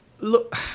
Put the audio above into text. Look